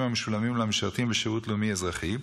המשולמים למשרתים בשירות לאומי-אזרחי,